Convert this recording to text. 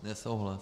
Nesouhlas.